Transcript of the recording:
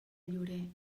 llorer